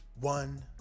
one